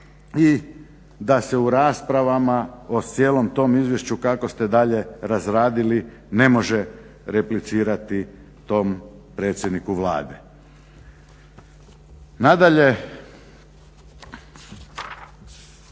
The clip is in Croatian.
i da se u raspravama o cijelom tom izvješću kako ste dalje razradili ne može replicirati tom predsjedniku Vlade.